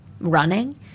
running